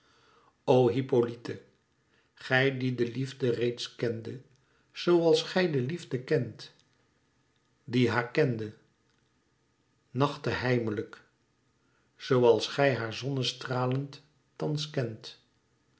o hippolyte gij die de liefde reeds kende zoo als gij de liefde kent die haar kende nachte heimelijk zoo als gij haar zonnestralend thans kent